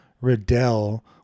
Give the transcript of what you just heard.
Riddell